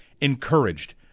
encouraged